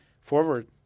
forward